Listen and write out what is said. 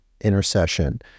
intercession